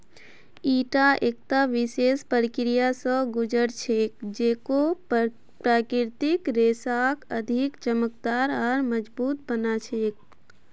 ईटा एकता विशेष प्रक्रिया स गुज र छेक जेको प्राकृतिक रेशाक अधिक चमकदार आर मजबूत बना छेक